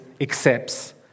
accepts